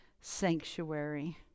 sanctuary